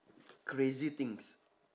crazy things